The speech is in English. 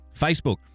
Facebook